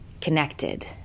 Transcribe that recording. connected